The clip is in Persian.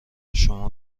شما